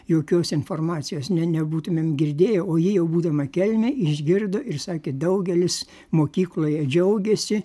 jokios informacijos ne nebūtumėm girdėję o ji jau būdama kelmėj išgirdo ir sakė daugelis mokykloje džiaugėsi